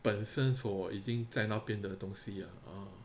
本身所已经在那边的东西啊